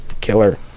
Killer